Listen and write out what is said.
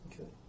Okay